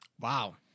Wow